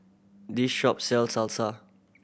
this shop sell Salsa